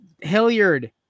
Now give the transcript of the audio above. Hilliard